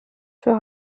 für